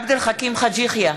נגד עבד אל חכים חאג' יחיא,